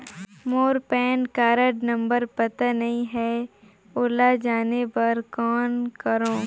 मोर PAN card number पता नहीं है, ओला जाने बर कौन करो?